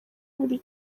buri